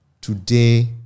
Today